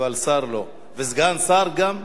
אבל שר לא, וסגן שר גם.